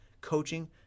coaching